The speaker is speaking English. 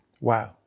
Wow